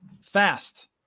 fast